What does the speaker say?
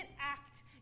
act